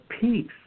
peace